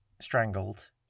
strangled